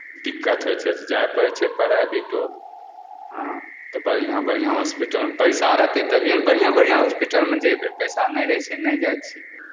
दिक्कत होइ छै तऽ जाय पड़ैत छै प्राइभेटो हँ तऽ बढ़िआँ बढ़िआँ हॉस्पीटलमे पैसा रहतै तभिए ने बढ़िआँ बढ़िआँ हॉस्पीटलमे जयबै पैसा नहि रहै छै नहि जाइ छियै